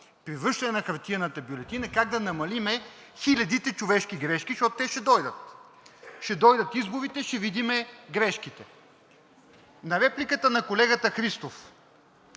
при връщане на хартиената бюлетина как да намалим хилядите човешки грешки, защото те ще дойдат. Ще дойдат изборите – ще видим грешките. На репликата на колегата Христов.